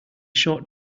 short